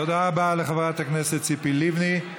תודה רבה לחברת הכנסת ציפי לבני.